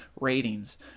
ratings